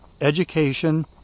education